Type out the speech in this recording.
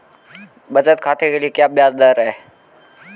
बचत खाते के लिए ब्याज दर क्या है?